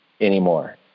anymore